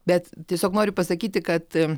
bet tiesiog noriu pasakyti kad